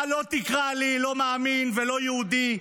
אתה לא תקרא לי לא מאמין ולא יהודי.